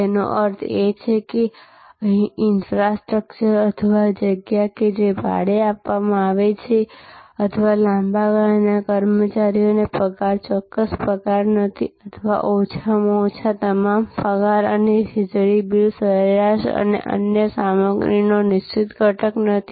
તેનો અર્થ એ છે કે ઈન્ફ્રાસ્ટ્રક્ચર અથવા જગ્યા કે જે ભાડે આપવામાં આવી છે અથવા લાંબા ગાળાના કર્મચારીઓનો પગાર ચોક્કસ પગાર નથી અથવા ઓછામાં ઓછા તમામ પગાર અને વીજળી બિલ સરેરાશ અને અન્ય સામગ્રીનો નિશ્ચિત ઘટક નથી